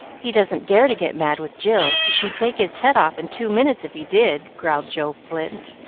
he doesn't dare to get mad with jill, for she'd take his head off in two minutes if he did, growled joe flint,